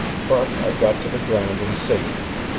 but i got to the ground in safety,